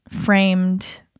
framed